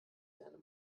eine